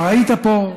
כבר היית פה,